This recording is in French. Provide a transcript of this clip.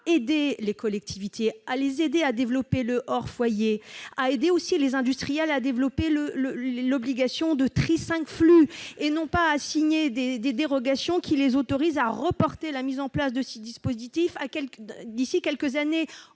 soutenir les collectivités, à les aider à développer le hors foyer et à aider aussi les industriels à développer l'obligation de tri cinq flux et non à signer des dérogations les autorisant à reporter la mise en place de ces dispositifs d'ici à quelques années.